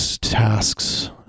tasks